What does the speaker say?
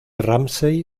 ramsay